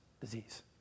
disease